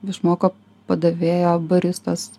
išmoko padavėjo baristos